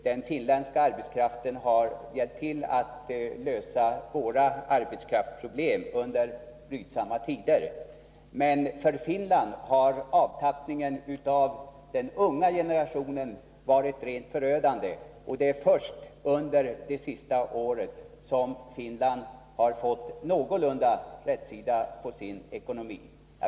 Den finländska arbetskraften har hjälpt till att lösa våra arbetskraftsproblem under brydsamma tider, men för Finland har avtappningen av den unga generationen varit rent förödande. Det är först under det senaste året som Finland har fått någorlunda rätsida på sin ekonomi.